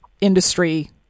industry